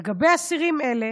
לגבי אסירים אלה